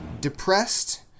depressed